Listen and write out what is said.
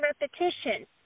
repetition